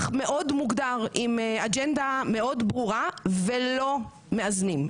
מאוד מוגדר עם אג'נדה מאוד ברורה ולא מאזנים.